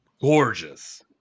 gorgeous